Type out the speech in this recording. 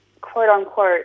quote-unquote